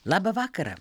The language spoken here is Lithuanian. labą vakarą